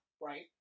right